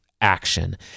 action